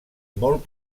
molt